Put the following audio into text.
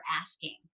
asking